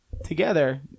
Together